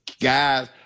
guys